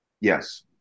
Yes